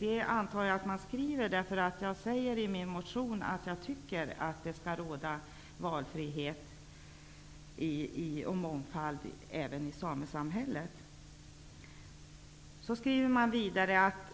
Jag tror att man skriver detta, eftersom jag i min motion säger att jag tycker att det skall råda valfrihet och mångfald även i samesamhället. Utskottet skriver vidare att